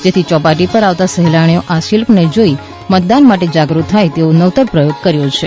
જેથી ચોપાટી પર આવતા સહેલાણીઓ આ શિલ્પ જોઈને મતદાન માટે જાગૃત થાય તેવો નવતર પ્રયોગ કર્યો છે